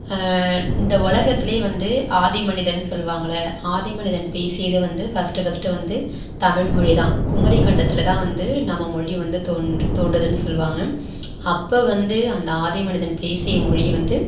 இந்த உலகத்துலேயே வந்து ஆதி மனிதன் சொல்வாங்கள்ல ஆதி மனிதன் பேசியதை வந்து ஃபர்ஸ்ட்டு ஃபர்ஸ்ட்டு வந்து தமிழ்மொழிதான் குமரிக்கண்டத்திலதான் வந்து நம்ம மொழி வந்து தோன்றுனதுன்னு சொல்லுவாங்க அப்போது வந்து அந்த ஆதி மனிதன் பேசிய மொழி வந்து